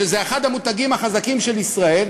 שזה אחד המותגים החזקים של ישראל,